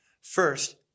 First